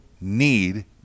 need